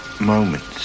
moments